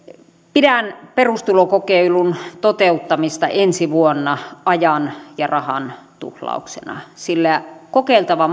pidän perustulokokeilun toteuttamista ensi vuonna ajan ja rahan tuhlauksena sillä kokeiltava